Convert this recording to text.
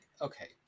Okay